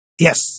Yes